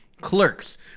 Clerks